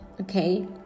Okay